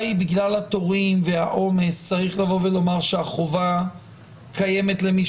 בגלל התורים והעומס צריך לבוא ולומר שהחובה קיימת למי